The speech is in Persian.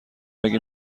اگه